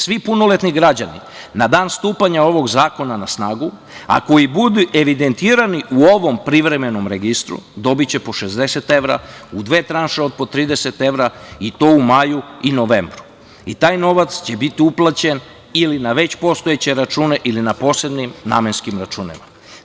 Svi punoletni građani na dan stupanja ovog zakona na snagu, a koji budu evidentirani u ovom privremenom registru, dobiće po 60 evra u dve tranše od po 30 evra, i to maju i novembru i taj novac će biti uplaćen ili na već postojeće račune ili na posebnim namenskim računima.